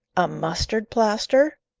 a mustard-plaster?